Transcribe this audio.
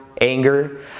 anger